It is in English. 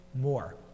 more